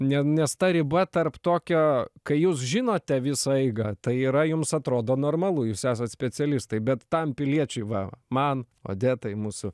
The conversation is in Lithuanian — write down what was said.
ne nes ta riba tarp tokio kai jūs žinote visą eigą tai yra jums atrodo normalu jūs esat specialistai bet tam piliečiui va man odetai mūsų